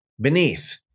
beneath